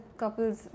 couples